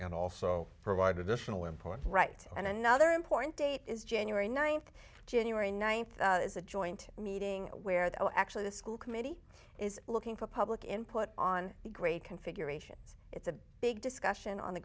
imports right and another important date is january ninth january ninth is a joint meeting where they're actually the school committee is looking for public input on the great configurations it's a big discussion on the